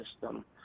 system